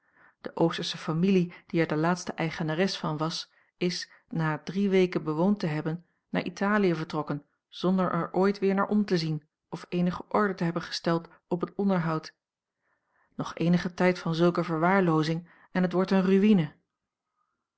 de oostersche familie die er de laatste eigenares van was is na het drie weken bewoond te hebben naar italië vertrokken zonder er ooit weer naar om te zien of eenige orde te hebben gesteld op het onderhoud nog eenigen tijd van zulke verwaarloozing en het wordt eene ruïne